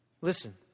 Listen